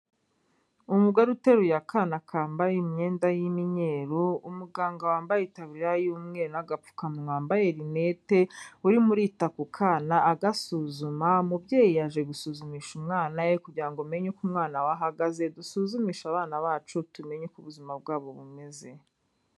Umugore uteruye akana kambaye imyenda y'imyeru, umuganga wambaye itaburiya y'umweru n'agapfukanwa wambaye rinete, urimo urita ku kana, agasuzuma, umubyeyi yaje gusuzumisha umwana we, kugira ngo amenye uko umwana we ahagaze, dusuzumishe abana bacu tumenye uko ubuzima bwabo bumeze.